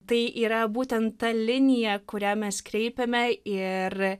tai yra būtent ta linija kurią mes kreipiame ir